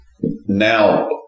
Now